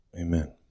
Amen